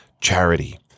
charity